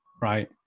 right